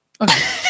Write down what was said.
Okay